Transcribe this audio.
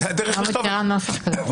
אני לא מכירה נוסח כזה.